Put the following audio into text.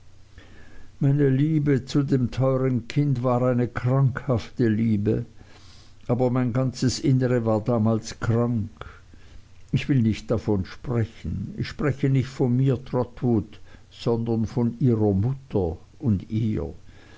meine liebe zu dem teuern kind war eine krankhafte liebe aber mein ganzes innere war damals krank ich will nicht davon sprechen ich spreche nicht von mir trotwood sondern von ihrer mutter und ihr